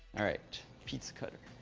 alright. pizza cutter.